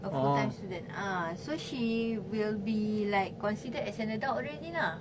a full time student ah so she will be like considered as an adult already lah